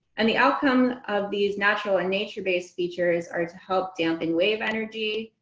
and the outcome of these natural and nature-based features are to help dampen wave energy,